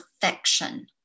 perfection